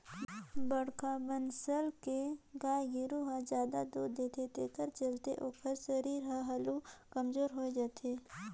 बड़खा बनसल के गाय गोरु हर जादा दूद देथे तेखर चलते ओखर सरीर हर हालु कमजोर होय जाथे